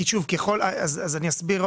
אם הבית עלה 5,000, הוא יעלה 6,500 כי יש לך